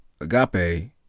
Agape